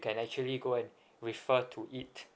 can actually go and refer to it